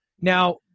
now